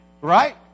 Right